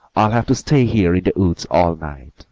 i'll have to stay here in the woods all night.